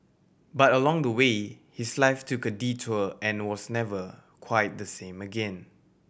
but along the way his life took a detour and was never quite the same again